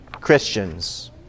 Christians